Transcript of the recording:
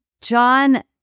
John